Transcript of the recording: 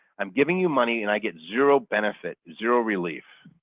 i'm giving you money and i get zero benefit, zero relief